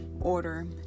order